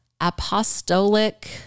apostolic